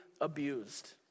abused